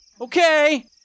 Okay